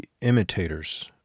imitators